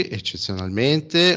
eccezionalmente